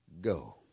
go